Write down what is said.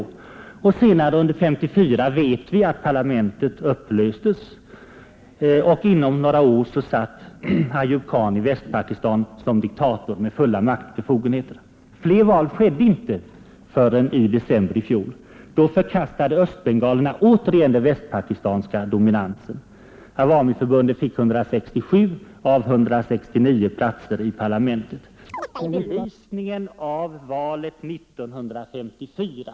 Senare under 1954 vet vi att den konstituerade församlingen upplöstes, och inom några år satt Ayub Khan i Västpakistan som diktator med fulla maktbefogenheter. Fler val skedde inte — förrän i december i fjol. Då förkastade östbengalerna återigen den västpakistanska dominansen. Awamiförbundet fick 167 av de 169 platserna i parlamentet. Vi skall se detta i belysningen av valet 1954.